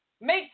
Make